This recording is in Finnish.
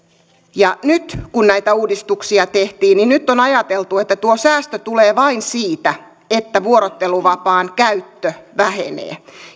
ja nyt kun näitä uudistuksia tehtiin on ajateltu että tuo säästö tulee vain siitä että vuorotteluvapaan käyttö vähenee